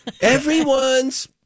everyone's